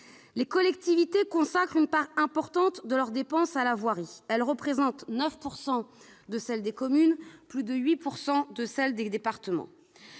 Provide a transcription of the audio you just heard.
Les collectivités consacrent une part importante de leurs dépenses à la voirie. Elles représentent 9 % de celles des communes et plus de 8 % de celles des départements.